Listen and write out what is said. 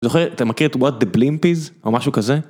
זוכר? אתה מכיר את what the blimp is? או משהו כזה?